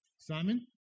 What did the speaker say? Simon